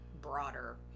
broader